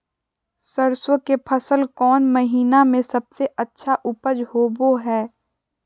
सरसों के फसल कौन महीना में सबसे अच्छा उपज होबो हय?